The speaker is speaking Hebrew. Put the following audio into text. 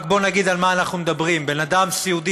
רק בוא נגיד על מה אנחנו מדברים: בן אדם סיעודי